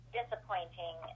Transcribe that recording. disappointing